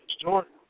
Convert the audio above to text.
Jordan